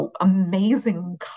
amazing